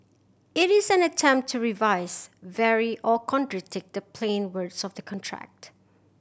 it is an attempt to revise vary or contradict the plain words of the contract